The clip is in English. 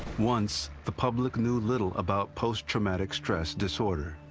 once the public knew little about post-traumatic stress disorder